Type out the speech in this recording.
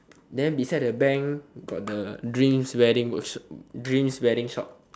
then beside the bank got the drinks wedding works~ drinks wedding shop